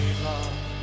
love